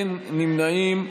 אין נמנעים.